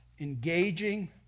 engaging